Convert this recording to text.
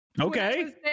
Okay